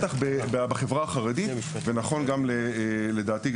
בטח בחברה החרדית ונכון גם לדעתי,